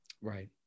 Right